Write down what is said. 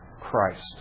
Christ